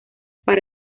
para